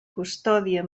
custòdia